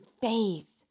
faith